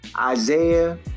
Isaiah